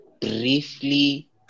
briefly